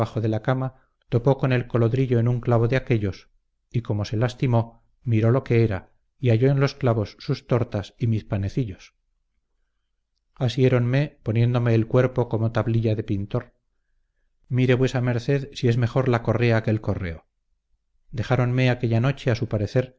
de la cama topó con el colodrillo en un clavo de aquellos y como se lastimó miró lo que era y halló en los clavos sus tortas y mis panecillos asiéronme poniéndome el cuerpo como tablilla de pintor mire vuesa merced si es mejor la correa que el correo dejáronme aquella noche a su parecer